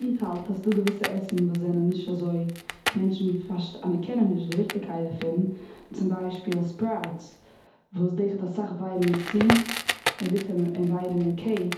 איך האלט אז ס'איז דא געוויסע עסן וואס איז נישט אזוי, מענטשן אנערקענען נישט די וויכטיגקייט דערפון, צום ביישפיל: ספראוטס וואס דאס האט אסאך ווייטאמין סי, און וויטאמין קעי,